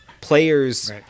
players